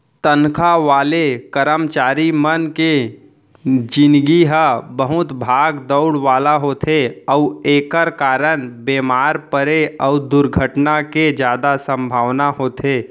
तनखा वाले करमचारी मन के निजगी ह बहुत भाग दउड़ वाला होथे अउ एकर कारन बेमार परे अउ दुरघटना के जादा संभावना होथे